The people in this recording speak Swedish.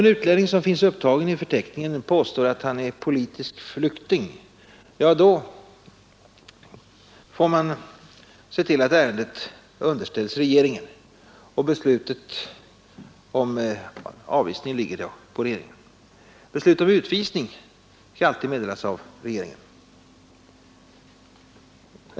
Om utlänning, som finns upptagen i förteckningen, påstår att han är politisk flykting skall ärendet underställas regeringen. Beslut om utvisning meddelas av regeringen.